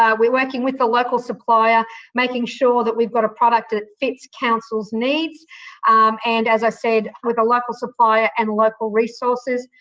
ah we're working with the local supplier making sure that we've got a product that fits council's needs and, as i said, with a local supplier and local resources,